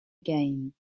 game